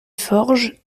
forges